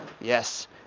Yes